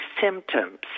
symptoms